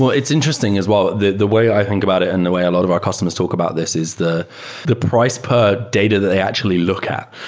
it's interesting as well. the the way i think about it and the way a lot of our customers talk about this is the the price per data that they actually look at.